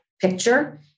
picture